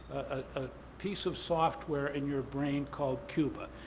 a piece of software in your brain called cuba.